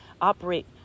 operate